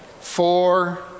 Four